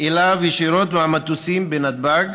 אליו ישירות מהמטוסים בנתב"ג,